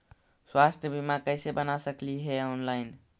स्वास्थ्य बीमा कैसे बना सकली हे ऑनलाइन?